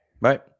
Right